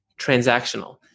transactional